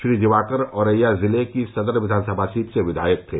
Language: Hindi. श्री दिवाकर औरैया जिले की सदर विधानसभा सीट से क्विायक थे